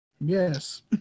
Yes